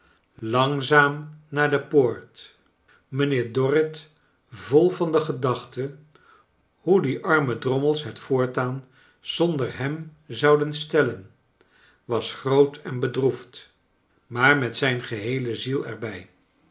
langzaam naar de poort mrjnheer dorrit vol van de gedachte hce die arme drommels het voortaan zonder hem zouden stellen was groot en bevlroei'd maar met zijn geheele ziel